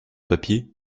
papier